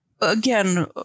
again